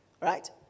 right